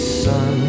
sun